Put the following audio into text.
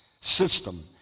system